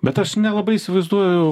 bet aš nelabai įsivaizduoju